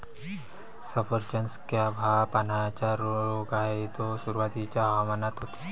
सफरचंद स्कॅब हा पानांचा रोग आहे जो सुरुवातीच्या हवामानात होतो